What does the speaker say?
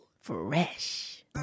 Fresh